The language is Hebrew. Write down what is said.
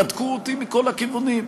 בדקו אותי מכל הכיוונים,